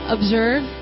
Observe